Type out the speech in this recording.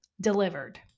delivered